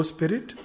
Spirit